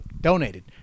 donated